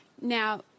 Now